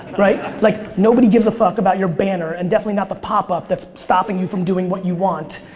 like nobody gives a fuck about your banner and definitely not the pop-up that's stopping you from doing what you want.